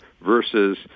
versus